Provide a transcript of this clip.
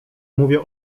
mówię